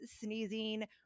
sneezing